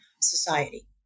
society